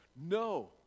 No